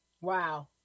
Wow